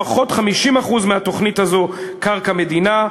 לפחות 50% מהתוכנית הזאת הם על קרקע מדינה.